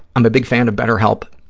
i'm a big fan of betterhelp,